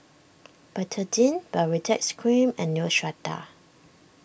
Betadine Baritex Cream and Neostrata